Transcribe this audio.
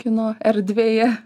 kino erdvėje